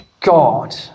God